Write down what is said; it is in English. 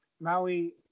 Maui